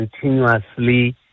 continuously